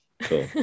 Cool